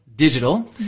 Digital